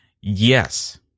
Yes